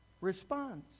response